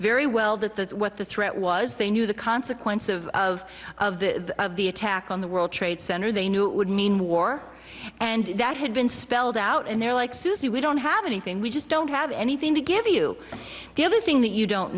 very well that that what the threat was they knew the consequences of of of the of the attack on the world trade center they knew it would mean war and that had been spelled out in their like susie we don't have anything we just don't have anything to give you the other thing that you don't